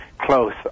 close